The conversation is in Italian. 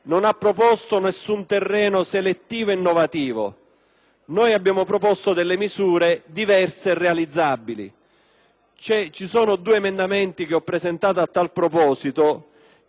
Noi abbiamo proposto delle misure diverse e realizzabili. Ci sono due emendamenti che ho presentato a tale proposito (il 2.426 e il 2.428) che ci aiutano ad incrementare